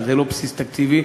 שזה לא בבסיס התקציב.